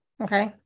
Okay